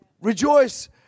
rejoice